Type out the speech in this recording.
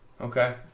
Okay